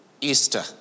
Easter